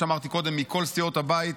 כמה חברי כנסת, כמו שאמרתי, מכל סיעות הבית,